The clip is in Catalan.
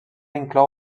inclou